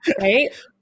right